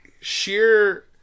sheer